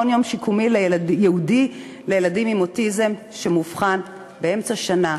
מעון-יום שיקומי ייעודי לילדים עם אוטיזם) אם האבחון באמצע שנה,